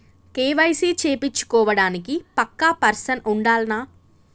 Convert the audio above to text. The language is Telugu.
కే.వై.సీ చేపిచ్చుకోవడానికి పక్కా పర్సన్ ఉండాల్నా?